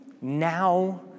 Now